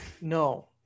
No